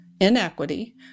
inequity